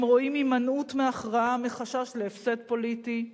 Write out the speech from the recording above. הם רואים הימנעות מהכרעה מחשש להפסד פוליטי,